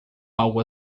algo